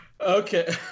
Okay